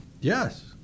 Yes